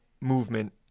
movement